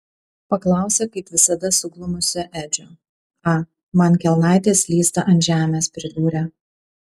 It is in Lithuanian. paklausė kaip visada suglumusio edžio a man kelnaitės slysta ant žemės pridūrė